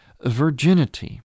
virginity